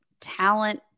talent